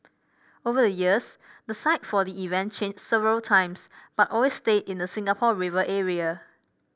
over the years the site for the event changed several times but always stayed in the Singapore River area